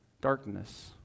darkness